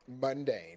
Mundane